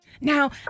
Now